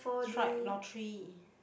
strike lottery